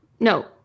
No